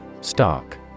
Stock